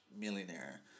millionaire